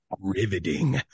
riveting